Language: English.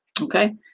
Okay